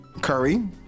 Curry